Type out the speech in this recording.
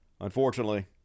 unfortunately